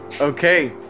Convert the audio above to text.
Okay